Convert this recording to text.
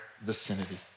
vicinity